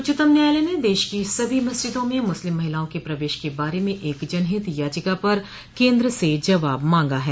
उच्चतम न्यायालय ने देश की सभी मस्जिदों में मुस्लिम महिलाओं के प्रवेश के बारे में एक जनहित याचिका पर केंद्र से जवाब मांगा है